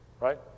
Right